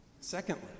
Secondly